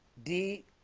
d